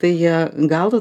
tai jie gal